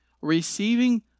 Receiving